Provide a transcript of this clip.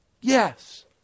Yes